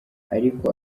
ariko